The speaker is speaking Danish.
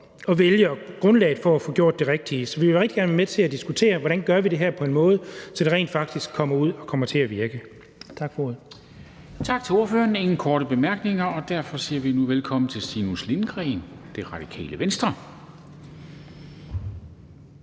at vælge og grundlag for at få gjort det rigtige. Så vi vil rigtig gerne være med til at diskutere, hvordan vi gør det her på en måde, så det rent faktisk kommer ud og kommer til at virke. Tak for ordet. Kl. 19:21 Formanden (Henrik Dam Kristensen): Tak til ordføreren. Der er ingen korte bemærkninger, og derfor siger vi nu velkommen til Stinus Lindgreen, Det Radikale Venstre.